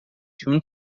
چون